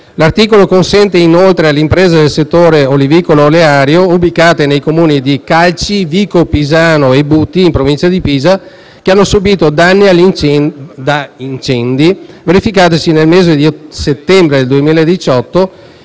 L'articolo consente inoltre alle imprese del settore olivicolo-oleario ubicate nei Comuni di Calci, Vicopisano e Buti, in provincia di Pisa, che hanno subìto danni dagli incendi verificatisi nel mese di settembre 2018